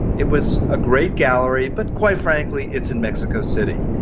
it was a great gallery but quite frankly, it's in mexico city.